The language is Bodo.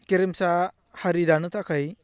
गेरेमसा हारि दानो थाखाय